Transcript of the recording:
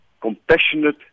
compassionate